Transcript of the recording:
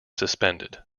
suspended